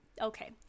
Okay